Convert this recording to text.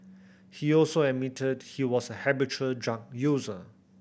he also admitted he was a habitual drug user